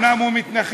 אומנם הוא מתנחל,